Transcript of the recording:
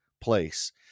place